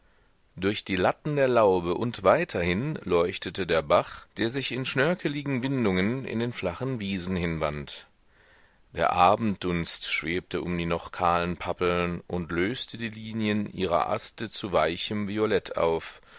durch die latten der laube und weiterhin leuchtete der bach der sich in schnörkeligen windungen in den flachen wiesen hinwand der abenddunst schwebte um die noch kahlen pappeln und löste die linien ihrer aste zu weichem violett auf